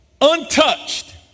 untouched